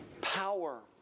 power